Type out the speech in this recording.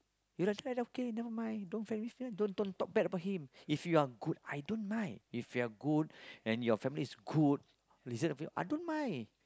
you last time like that K never mind don't friend me friend don't don't talk bad about him if you are good I don't mind if you are good and your family is good listen a bit I don't mind